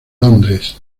londres